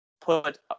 put